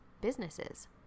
businesses